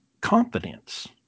confidence